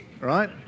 right